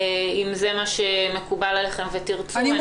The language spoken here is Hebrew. אם זה מה שמקובל עליכם ותרצו, בשמחה.